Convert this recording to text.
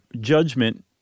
judgment